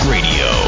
Radio